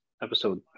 Episode